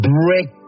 break